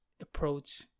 approach